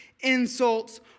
insults